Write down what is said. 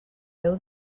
déu